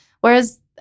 Whereas